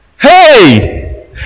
hey